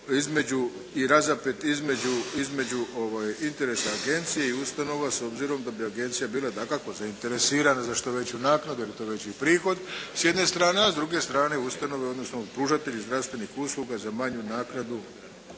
između interesa agencije i ustanova s obzirom da bi agencija bila dakako zainteresirana za što veću naknadu jer je to i veći prihod s jedne strane, a s druge strane ustanove odnosno pružatelji zdravstvenih usluga za manju naknadu